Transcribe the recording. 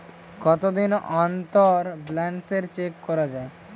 কতদিন অন্তর balance check করা য়ায়?